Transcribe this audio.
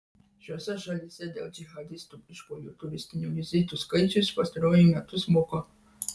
šiose šalyse dėl džihadistų išpuolių turistinių vizitų skaičius pastaruoju metu smuko